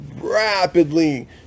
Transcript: rapidly